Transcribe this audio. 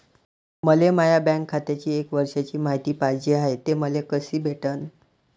मले माया बँक खात्याची एक वर्षाची मायती पाहिजे हाय, ते मले कसी भेटनं?